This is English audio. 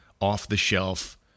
off-the-shelf